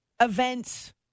events